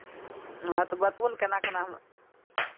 हँ तऽ बतबू ने केना केना हमे